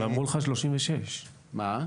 אבל אמרו לך 36. לא,